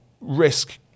risk